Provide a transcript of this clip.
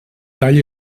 tall